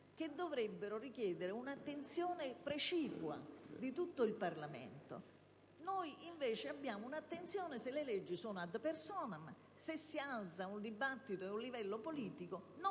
che dovrebbero richiedere un'attenzione precipua di tutto il Parlamento; invece, abbiamo attenzione se le leggi sono *ad personam*, se si instaura un dibattito a livello politico,